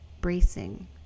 bracing